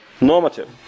normative